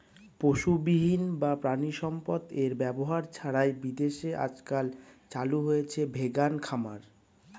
পশুবিহীন বা প্রানীসম্পদ এর ব্যবহার ছাড়াই বিদেশে আজকাল চালু হয়েছে ভেগান খামার